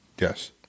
yes